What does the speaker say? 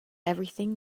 everything